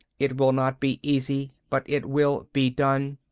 it will not be easy, but it will be done.